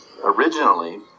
originally